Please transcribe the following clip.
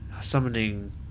Summoning